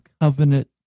covenant